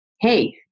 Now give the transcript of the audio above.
Hey